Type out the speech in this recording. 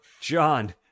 John